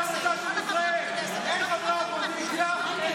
ענישה קולקטיבית.